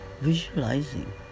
visualizing